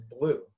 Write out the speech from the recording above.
blue